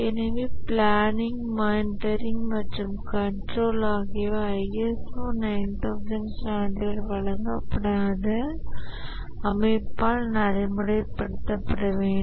எனவே planning monitoring மற்றும் control ஆகியவை ISO 9000 சான்றிதழ் வழங்கப்படாத அமைப்பால் நடைமுறைப்படுத்தப்பட வேண்டும்